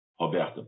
Roberta